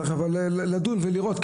צריך לדון ולראות.